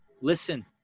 listen